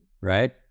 right